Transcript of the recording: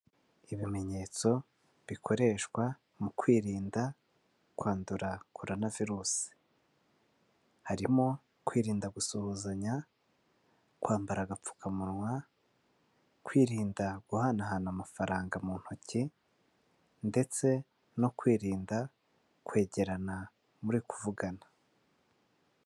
Ibimenyetso bikoreshwa mu kwirinda kwandura korona virusi harimo kwirinda gusuhuzanya, kwambara agapfukamunwa, kwirinda guhanahana amafaranga mu ntoki, ndetse no kwirinda kwegerana muri kuvugana.